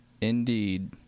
Indeed